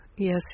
Yes